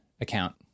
account